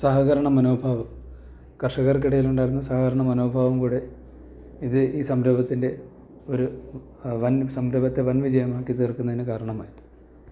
സഹകരണ മനോഭാവം കർഷകർക്കിടയിലുണ്ടായിരുന്ന സഹകരണ മനോഭാവം കൂടെ ഇത് ഈ സംരംഭത്തിൻ്റെ ഒരു വൻ സംരംഭത്തെ വൻ വിജയമാക്കിത്തീർക്കുന്നതിന് കാരണമായി